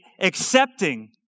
accepting